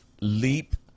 leap